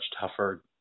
tougher